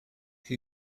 who